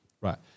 Right